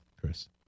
chris